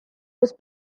was